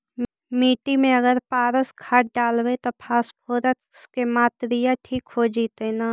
मिट्टी में अगर पारस खाद डालबै त फास्फोरस के माऋआ ठिक हो जितै न?